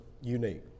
unique